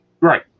Right